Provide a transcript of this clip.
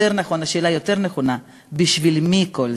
יותר נכון, שאלה יותר נכונה: בשביל מי כל זה?